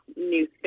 new